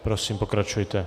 Prosím, pokračujte.